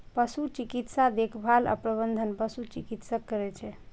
पशु चिकित्सा देखभाल आ प्रबंधन पशु चिकित्सक करै छै